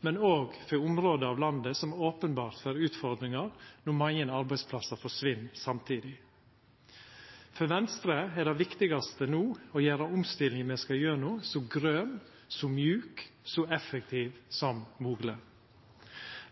men òg for område av landet som openbert får utfordringar når mange arbeidsplassar forsvinn samtidig. For Venstre er det viktigaste no å gjera omstillinga me skal gjennom, så grøn, så mjuk og så effektiv som mogleg.